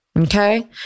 Okay